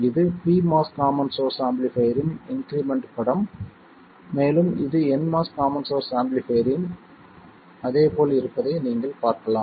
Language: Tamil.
இது pMOS காமன் சோர்ஸ் ஆம்பிளிஃபைர்ரின் இன்க்ரிமெண்ட் படம் மேலும் இது nMOS காமன் சோர்ஸ் ஆம்பிளிஃபைர்ரின் அதே போல் இருப்பதை நீங்கள் பார்க்கலாம்